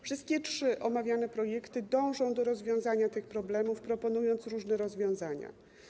Wszystkie trzy omawiane projekty dążą do rozwiązania tych problemów, proponując różne rozwiązania.